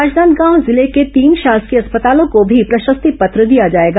राजनांदगांव जिले के तीन शासकीय अस्पतालों को भी प्रशस्त्रि पत्र दिया जाएगा